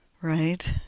right